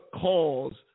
cause